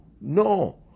no